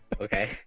okay